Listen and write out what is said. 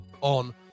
on